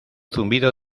zumbido